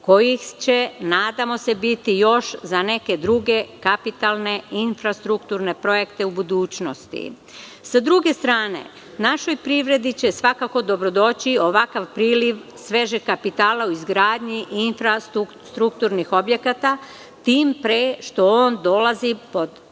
kojih će, nadamo se, biti još za neke druge kapitalne infrastrukturne projekte u budućnosti.S druge strane, našoj privredi će svakako dobrodoći ovakav priliv svežeg kapitala u izgradnji infrastrukturnih objekata, tim pre što on dolazi po